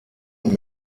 und